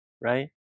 right